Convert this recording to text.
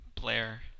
Blair